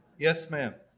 yes ma'am